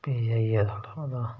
फ्ही जाइयै उत्थुं दा